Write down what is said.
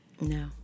No